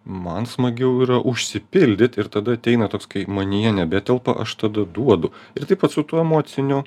man smagiau yra užsipildyt ir tada ateina toks kai manyje nebetelpa aš tada duodu ir taip vat su tuo emociniu